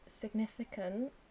significant